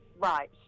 right